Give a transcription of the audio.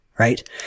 Right